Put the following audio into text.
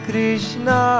Krishna